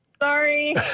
Sorry